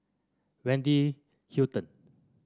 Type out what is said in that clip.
Wendy Hutton